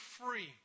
free